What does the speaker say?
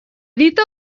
dita